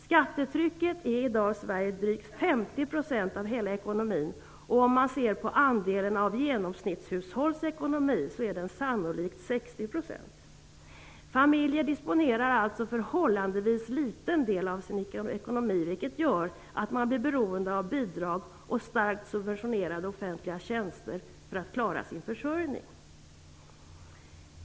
Skattetrycket i Sverige är i dag drygt 50 % av hela ekonomin, och om man ser på andelen av genomsnittshushållens ekonomi är den sannolikt 60 %. Familjer disponerar alltså förhållandevis liten del av sin ekonomi, vilket gör att man blir beroende av bidrag och starkt subventionerade offentliga tjänster för att klara sin försörjning.